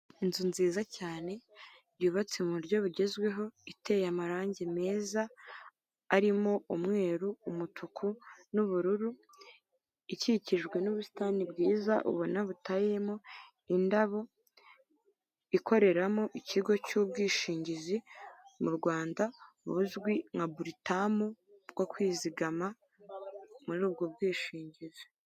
Inzu nziza cyane yubatse mu buryo bugezweho iteye amarangi meza arimo umweru, umutuku n'ubururu. Ikikijwe n'ubusitani bwiza ubona buteyemo indabo, ikoreramo ikigo cy'ubwishingizi mu Rwanda buzwi nka buritamu bwo kwizigama muri ubwo bwishingizi.